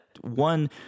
one